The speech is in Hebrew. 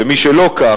ומי שלא כך,